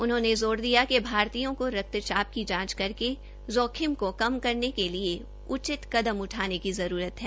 उन्होंने ज़ोर दिया कि भारतीयों को रक्त चाप की जांच करके जोखिम को कम करने के लिए उचित कदम उठाने की जरूरत है